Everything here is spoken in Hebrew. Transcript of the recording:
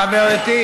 חברת הכנסת,